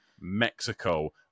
Mexico